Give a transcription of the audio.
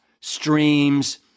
streams